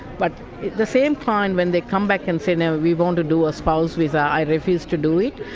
but the same client, when they come back and say, now we want to do ah spouse visa i refuse to do it,